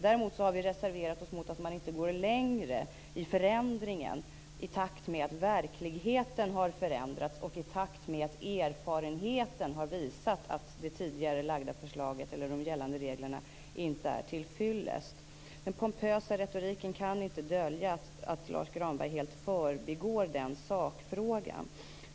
Däremot har vi reserverat oss mot att man inte går längre i förändringen, i takt med att verkligheten har förändrats och i takt med att erfarenheten har visat att varken det tidigare förslaget eller de gällande reglerna är till fyllest. Den pompösa retoriken kan inte dölja att Lars Granberg helt förbigår den sakfrågan.